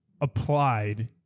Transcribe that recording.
applied